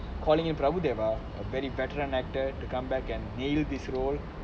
calling it prabhu deva a very veteran actor to come back and nail this role